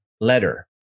letter